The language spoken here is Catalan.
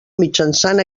mitjançant